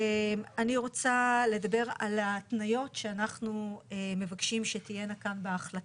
אני רוצה לדבר על ההתניות שאנחנו מבקשים שתהיינה כאן בהחלטה.